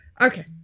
Okay